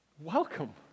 Welcome